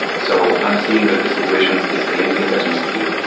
so i'm seeing that the situation is escalating as we speak,